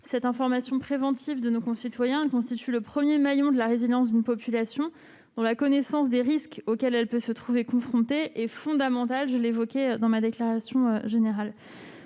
L'information préventive de nos concitoyens constitue le premier maillon de la résilience d'une population. La connaissance des risques auxquels elle peut se trouver confrontée est fondamentale- je l'évoquais dans mon intervention en